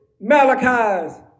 Malachi's